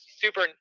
super